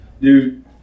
dude